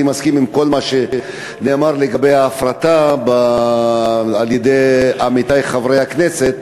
אני מסכים עם כל מה שנאמר לגבי ההפרטה על-ידי עמיתי חברי הכנסת,